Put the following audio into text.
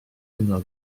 yno